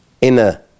inner